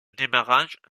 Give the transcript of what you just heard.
démarrage